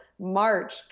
March